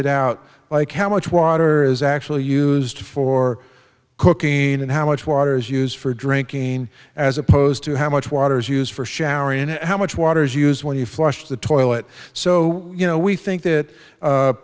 d out like how much water is actually used for cooking and how much water is used for drinking as opposed to how much water is used for showering and how much water is used when you flush the toilet so you know we think that